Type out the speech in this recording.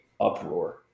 uproar